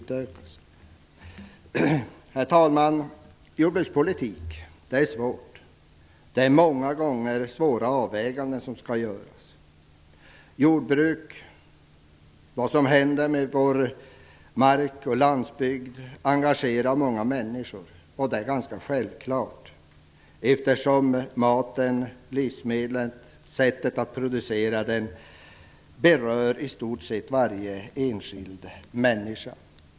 Herr talman! Jordbrukspolitik är svårt. Det är många gånger svåra avväganden som skall göras. Jordbruk, vad som händer med vår mark och vår landsbygd, engagerar många människor, och det är ganska självklart, eftersom sättet att producera maten, livsmedlen, berör i stort sett varje enskild människa.